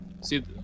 See